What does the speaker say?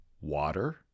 Water